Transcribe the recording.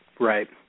Right